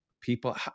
people